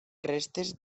restes